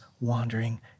wandering